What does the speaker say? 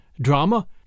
drama